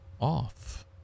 off